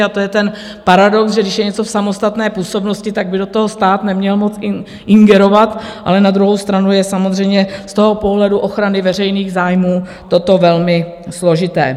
A to je ten paradox, že když je něco v samostatné působnosti, tak by do toho stát neměl moc ingerovat, ale na druhou stranu je samozřejmě z pohledu ochrany veřejných zájmů toto velmi složité.